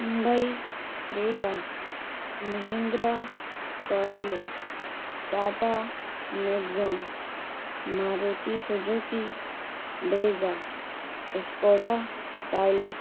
Hyundai Creta Mahindra Scorpio Tata Nexon Maruti Suzuki Brezza Skoda Kylaq